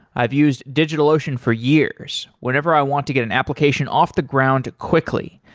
i've used digitalocean for years whenever i want to get an application off the ground quickly,